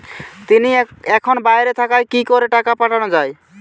তিনি এখন বাইরে থাকায় কি করে টাকা পাঠানো য়ায়?